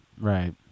right